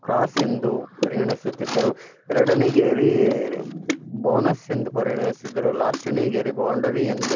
cross ಎಂದು ಪರಿಗಣಿಸುತ್ತಿದ್ದರು ಎರಡನೇ ಗೆರೆ ಬೋನಸ್ ಎಂದು ಪರಿಗಣಿಸಿದ್ದರು ಲಾಸ್ಟನೇ ಗೆರೆ ಬೌಂಡರಿ ಎಂದು